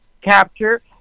capture